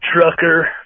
Trucker